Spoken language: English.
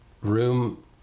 room